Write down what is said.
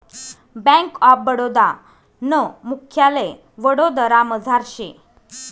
bank of Baroda नं मुख्यालय वडोदरामझार शे